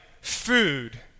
food